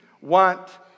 want